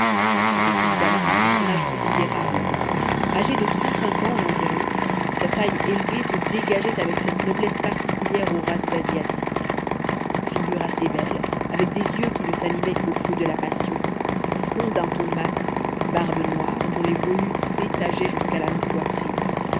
c'était évidemment un personnage considérable agé de trente-cinq ans environ sa taille élevée se dégageait avec cette noblesse particulière aux races asiatiques figure assez belle avec des yeux qui ne s'animaient qu'au feu de la passion front d'un ton mat barbe noire dont les volutes s'étageaient jusqu'à mi poitrine